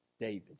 David